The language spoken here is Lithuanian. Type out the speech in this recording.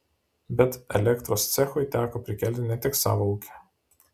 bet elektros cechui teko prikelti ne tik savo ūkį